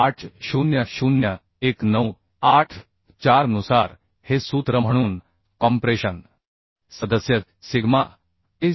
800 1984 नुसार हे सूत्र म्हणून कॉम्प्रेशन सदस्य सिग्मा ए